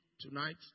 tonight